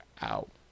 out